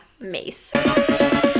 mace